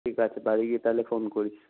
ঠিক আছে বাড়ি গিয়ে তাহলে ফোন করিস